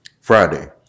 Friday